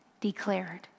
declared